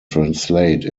translate